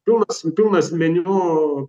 pilnas pilnas meniu